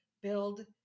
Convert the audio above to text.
build